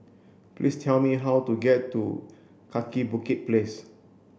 please tell me how to get to Kaki Bukit Place